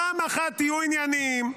פעם אחת תהיו ענייניים.